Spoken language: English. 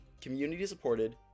Community-supported